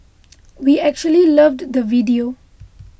we actually loved the video